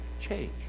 change